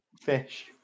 Fish